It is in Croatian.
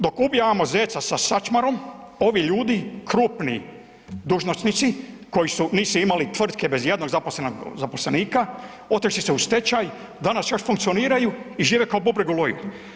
Dok ubijamo zeca sa sačmarom ovi ljudi, krupni dužnosnici koji su, nisu imali tvrtke bez jednog zaposlenog zaposlenika, otišli su u stečaj, danas još funkcioniraju i žive ko bubreg u loju.